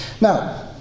Now